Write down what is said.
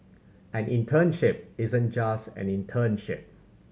an internship isn't just an internship